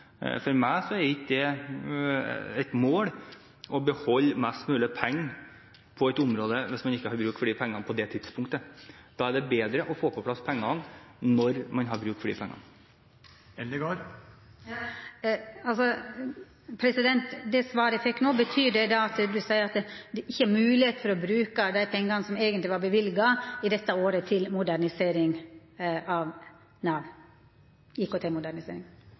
For meg er det ikke et mål å beholde mest mulig penger på et område hvis man ikke har bruk for pengene på dette tidspunktet. Da er det bedre å få på plass pengene når man har bruk for dem. Betyr det svaret eg fekk no, at det ikkje er mogleg å bruka dei pengane, som eigentleg var løyvde for dette året, til IKT-modernisering i Nav? Jeg har vurdert at de 20 mill. kr er midler som vi kan omdisponere for resten av